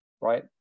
Right